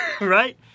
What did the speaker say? right